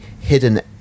hidden